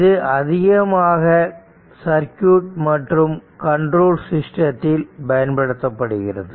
இது அதிகமாக சர்க்யூட் மற்றும் கண்ட்ரோல் சிஸ்டத்தில் பயன்படுத்தப்படுகிறது